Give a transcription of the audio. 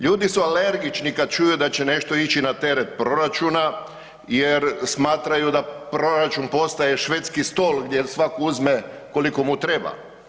Ljudi su alergični kad čuju da će nešto ići na teret proračuna jer smatraju da proračun postaje švedski stol gdje svatko uzme koliko mu treba.